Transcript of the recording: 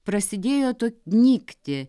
prasidėjo to nykti